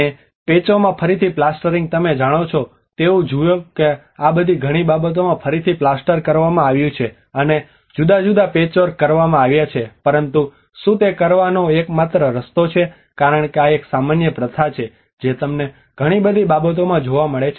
અને પેચોમાં ફરીથી પ્લાસ્ટરિંગ તમે જાણો છો તેવું જુઓ કે આ ઘણી બધી બાબતોમાં ફરીથી પ્લાસ્ટર કરવામાં આવ્યું છે અને જુદા જુદા પેચવર્ક કરવામાં આવ્યા છે પરંતુ શું તે કરવાનો આ એકમાત્ર રસ્તો છે કારણ કે આ એક સામાન્ય પ્રથા છે જે તમને ઘણી બધી બાબતોમાં જોવા મળે છે